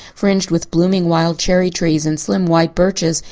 fringed with blooming wild cherry-trees and slim white birches,